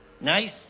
Nice